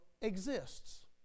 exists